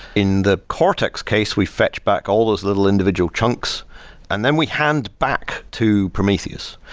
in the cortex case, we fetch back all those little individual chunks and then we hand back to prometheus,